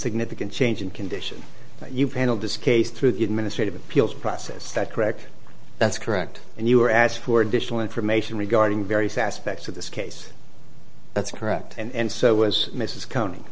significant change in condition you've handled this case through the administrative appeals process is that correct that's correct and you were asked for additional information regarding very sassed facts of this case that's correct and so was mrs counting